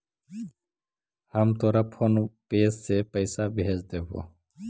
हम तोरा PhonePe से पईसा भेज देबो